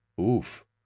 Oof